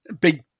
Big